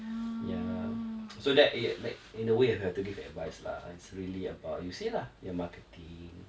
ya so that i~ like in a way I have to give advice lah it's really about you say lah your marketing